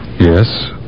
Yes